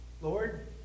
Lord